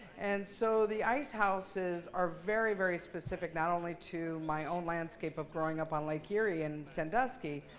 and so the ice houses are very, very specific not only to my own landscape of growing up on lake erie in sandusky,